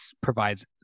provides